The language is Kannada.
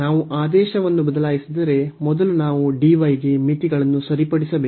ನಾವು ಆದೇಶವನ್ನು ಬದಲಾಯಿಸಿದರೆ ಮೊದಲು ನಾವು dy ಗೆ ಮಿತಿಗಳನ್ನು ಸರಿಪಡಿಸಬೇಕು